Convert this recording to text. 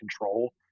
control